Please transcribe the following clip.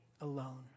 alone